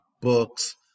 books